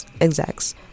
execs